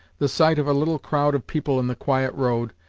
the sight of a little crowd of people in the quiet road,